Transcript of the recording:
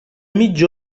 mitja